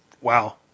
wow